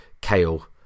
kale